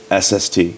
SST